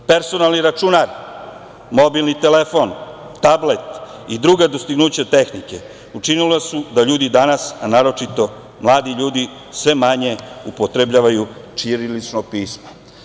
Personalni računar, mobilni telefon, tablet i druga dostignuća tehnike učinili su da ljudi danas, a naročito mladi ljudi sve manje upotrebljavaju ćirilično pismo.